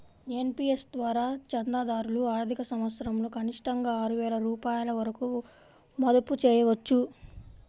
NPS ద్వారా చందాదారులు ఆర్థిక సంవత్సరంలో కనిష్టంగా ఆరు వేల రూపాయల వరకు మదుపు చేయవచ్చు